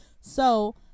So-